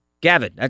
Gavin